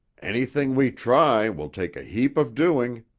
anything we try will take a heap of doing,